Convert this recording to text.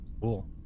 Cool